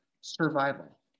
survival